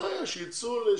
רוצה שייצאו ל-30,